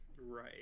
Right